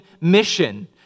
mission